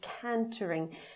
cantering